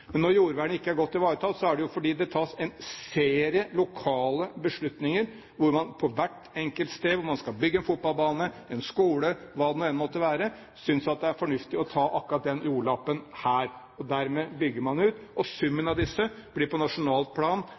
fordi det tas en serie lokale beslutninger hvor man på hvert enkelt sted der man skal bygge en fotballbane, en skole – hva det nå enn måtte være – synes det er fornuftig å ta akkurat den jordlappen her. Dermed bygger man ut, og summen av dette blir på nasjonalt plan